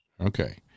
Okay